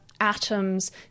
atoms